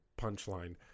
punchline